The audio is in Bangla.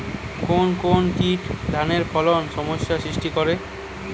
কোন কোন কীট ধানের ফলনে সমস্যা সৃষ্টি করে?